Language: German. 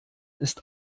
ist